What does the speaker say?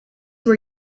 were